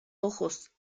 ojos